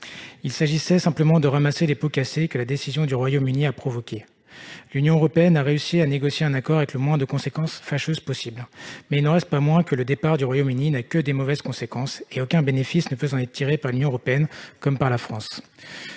Il s'agissait simplement de recoller les pots cassés provoqués par la décision du Royaume-Uni. L'Union européenne a réussi à négocier un accord avec le moins possible de conséquences fâcheuses, mais il n'en reste pas moins que le départ du Royaume-Uni n'a que de mauvaises conséquences. Aucun bénéfice ne peut en être tiré par l'Union européenne comme par la France.